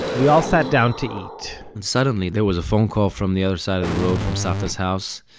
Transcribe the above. we all sat down to eat and suddenly there was a phone call from the other side of the road, from savta's house.